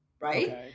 Right